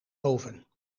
oven